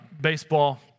baseball